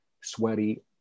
sweaty